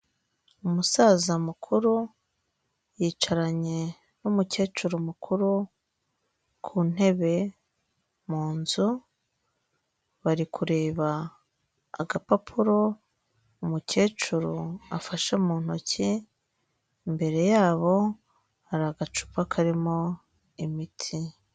Umusaza mukuru yicaranye n'umukecuru mukuru ku ntebe mu nzu, bari kureba agapapuro umukecuru afashe mu ntoki, imbere yabo hari agacupa karimo imiti.